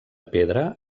pedra